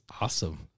awesome